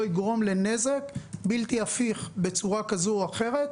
יגרום לנזק בלתי הפיך בצורה כזאת או אחרת,